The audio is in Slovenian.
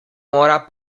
mora